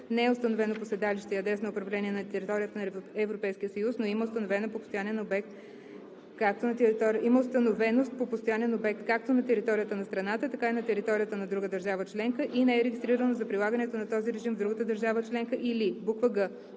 не е установено по седалище и адрес на управление на територията на Европейския съюз, но има установеност по постоянен обект както на територията на страната, така и на територията на друга държава членка, и не е регистрирано за прилагането на този режим в другата държава членка, или г) не